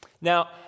Now